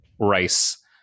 rice